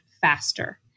faster